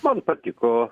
man patiko